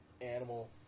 Animal